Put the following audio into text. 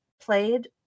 played